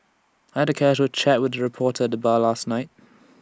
I had A casual chat with A reporter at the bar last night